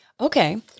Okay